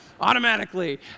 automatically